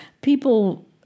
people